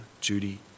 Judy